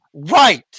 right